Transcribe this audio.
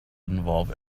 involve